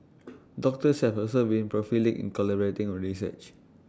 doctors have also been prolific in collaborating A research